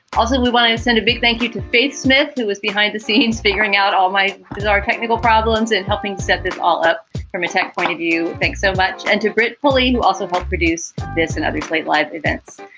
also, we want to send a big thank you to faith smith, who is behind the scenes figuring out all my bizarre technical problems and helping set this all up from a tech point of view. thanks so much. and to british police who also helped produce this and obviously life events.